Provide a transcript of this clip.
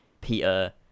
Peter